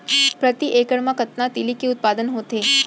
प्रति एकड़ मा कतना तिलि के उत्पादन होथे?